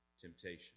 temptation